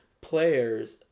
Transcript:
players